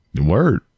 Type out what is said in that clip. Word